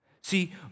See